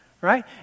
right